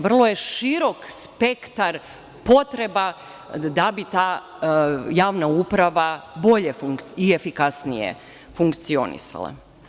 Vrlo je širok spektar potreba da bi ta javna uprava bolje i efikasnije funkcionisala.